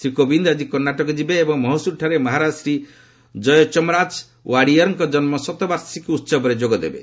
ଶ୍ରୀ କୋବିନ୍ଦ ଆଜି କର୍ଷାଟକ ଯିବେ ଏବଂ ମହିଶୁରଠାରେ ମହାରାଜା ଶ୍ରୀ ଜୟଚମରାଜ ଓ୍ୱାଡିୟରଙ୍କ ଜନ୍ମ ଶତବାର୍ଷିକ ଉତ୍ସବରେ ଯୋଗଦେବେ